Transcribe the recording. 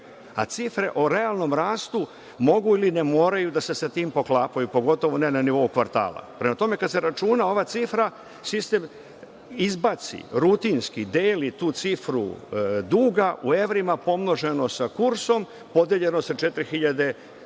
a cifre o realnom rastu mogu ali ne moraju da se sa tim poklapaju, pogotovo ne na nivou kvartala. Prema tome, kada se računa ova cifra, sistem izbaci, rutinski deli tu cifru duga u evrima pomnoženo sa kursom, podeljeno sa oko 4.390.